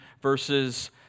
verses